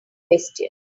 question